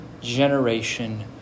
generation